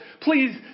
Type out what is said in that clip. please